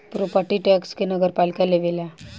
property tax के नगरपालिका लेवेला